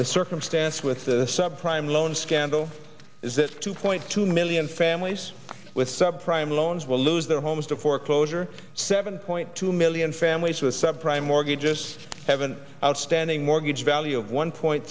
the circumstance with the sub prime loans scandal is that two point two million families with subprime loans will lose their homes to foreclosure seven point two million families with subprime mortgages have an outstanding mortgage value of one point